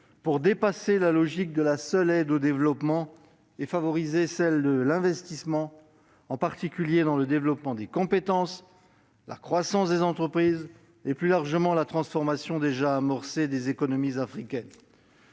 pour dépasser la seule logique de l'aide au développement et favoriser les investissements, en particulier dans les compétences, la croissance des entreprises et, plus largement, la transformation déjà amorcée des économies africaines.